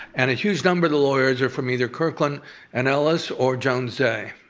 and a huge number the lawyers are from either kirkland and ellis or jones day.